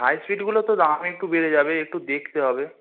হাইস্পিডগুলোতে দাম একটু বেড়ে যাবে একটু দেখতে হবে